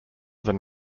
than